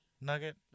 nugget